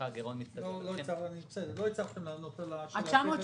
לא הצלחתם לענות על השאלה שלי.